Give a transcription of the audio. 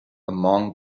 among